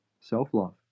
self-love